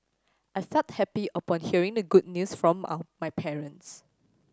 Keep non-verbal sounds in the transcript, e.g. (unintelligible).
I felt happy upon hearing the good news from (unintelligible) my parents